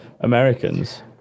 Americans